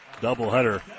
doubleheader